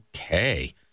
Okay